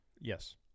Yes